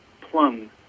plum